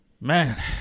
Man